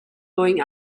going